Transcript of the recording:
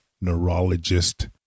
neurologist